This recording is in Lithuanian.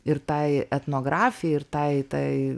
ir tai etnografija ir tai tai